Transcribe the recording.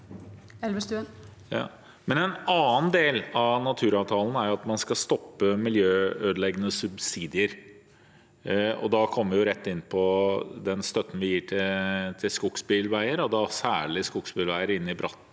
En annen del av na- turavtalen er at man skal stoppe miljøødeleggende subsidier. Da kommer vi rett inn på den støtten vi gir til skogsbilveier, og da særlig skogsbilveier inn i bratt